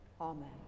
amen